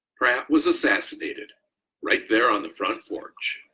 pratt was assassinated right there on the front porch.